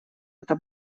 это